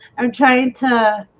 i'm trying to